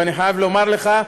ואני חייב לומר לך,